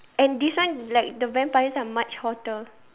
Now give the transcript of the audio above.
and this one like the vampires are much hotter